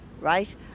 right